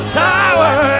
tower